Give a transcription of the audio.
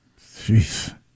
Jeez